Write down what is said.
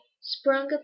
sprung